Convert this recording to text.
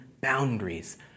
boundaries